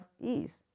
ease